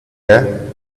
air